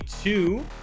two